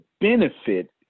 benefit